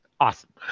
awesome